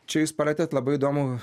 čia jūs palietėt labai įdomų